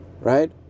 Right